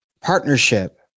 partnership